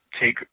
take